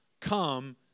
come